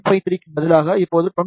853 க்கு பதிலாக இப்போது 28